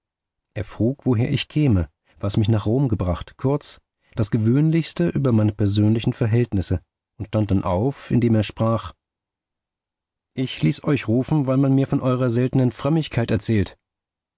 er frug woher ich käme was mich nach rom gebracht kurz das gewöhnlichste über meine persönliche verhältnisse und stand dann auf indem er sprach ich ließ euch rufen weil man mir von eurer seltenen frömmigkeit erzählt